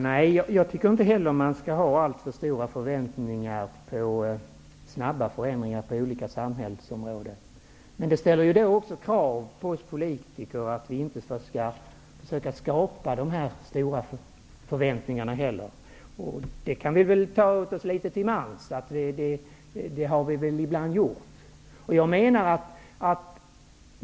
Herr talman! Inte heller jag tycker att man skall ha alltför stora förväntningar när det gäller att åstadkomma snabba förändringar på olika samhällsområden. Men det ställer krav på oss politiker. Vi skall inte sträva efter att skapa stora förväntningar. Litet till mans får vi nog ta åt oss i det avseendet och erkänna att vi nog ibland har skapat förväntningar.